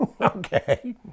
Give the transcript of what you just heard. Okay